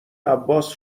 عباس